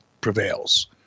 prevails